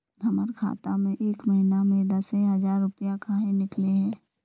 हमर खाता में एक महीना में दसे हजार रुपया काहे निकले है?